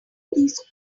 these